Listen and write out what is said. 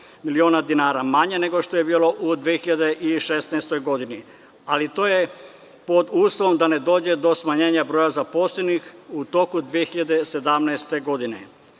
miliona dinara, manje nego što je bilo u 2016. godini. Ali, to je pod uslovom da ne dođe do smanjenja broja zaposlenih u toku 2017. godine. Inače,